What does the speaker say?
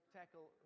tackle